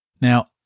Now